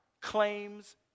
claims